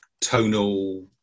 tonal